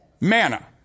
Manna